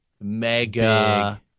mega